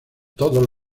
todos